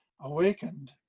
awakened